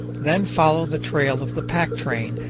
then follow the trail of the pack train,